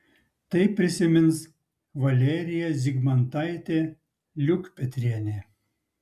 tai prisimins valerija zigmantaitė liukpetrienė